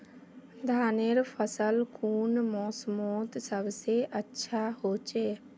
धानेर फसल कुन मोसमोत सबसे अच्छा होचे?